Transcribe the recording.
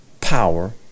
power